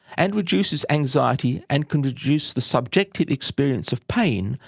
and reduces anxiety and can reduce the subjective experience of pain,